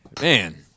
man